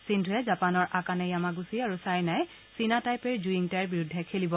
সিন্ধুৰে জাপানৰ Akane Yamaguchi আৰু ছাইনাই চীনা টাইপেৰ জুয়িং টাইৰ বিৰুদ্ধে খেলিব